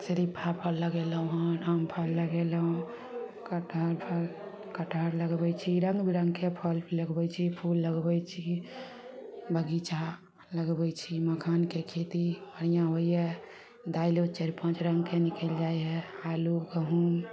शरीफा फल लगेलौ हन आम फल लगेलहुँ कटहर फल कटहर लगबय छी रङ्ग बिरङ्गके फल लगबय छी फूल लगबय छी बगीचा लगबय छी मखानके खेती बढ़िआँ होइए दाइलो चारि पाँच रङ्गके निकलि जाइ हइ आलू गहुम